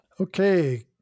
Okay